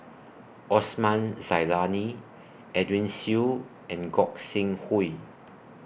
Osman Zailani Edwin Siew and Gog Sing Hooi